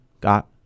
got